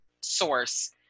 source